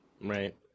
Right